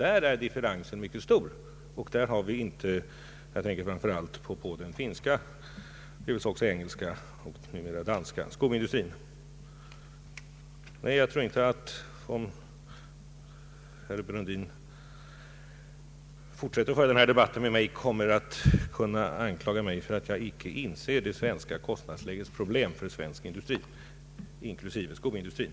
Där är differensen mycket stor — jag tänker särskilt på den finländska, den engelska och numera också den danska skoindustrin. Jag tror inte att herr Brundin, om han fortsätter att föra denna debatt med mig, kommer att kunna anklaga mig för att jag icke inser vilka problem det svenska kostnadsläget vållar svensk industri, inklusive skoindustrin.